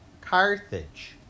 Carthage